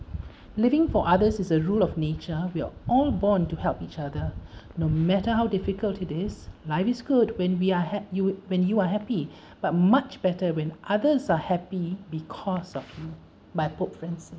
living for others is a rule of nature we are all born to help each other no matter how difficult it is life is good when we are ha~ you would when you are happy but much better when others are happy because of you by pope francis